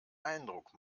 eindruck